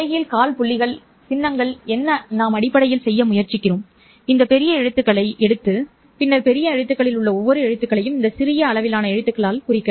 தலைகீழ் காற்புள்ளிகள் சின்னங்கள் என்ன நாம் அடிப்படையில் செய்ய முயற்சிக்கிறோம் இந்த பெரிய எழுத்துக்களை எடுத்து பின்னர் பெரிய எழுத்துக்களில் உள்ள ஒவ்வொரு எழுத்துக்களையும் இந்த சிறிய அளவிலான எழுத்துக்களால் குறிக்கும்